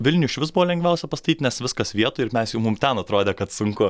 vilniuj išvis buvo lengviausia pastatyt nes viskas vietoj ir mes jau mum ten atrodė kad sunku